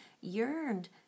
yearned